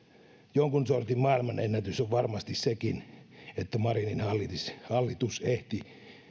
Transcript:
jonkun sortin maailmanennätys on varmasti sekin että marinin hallitus ehti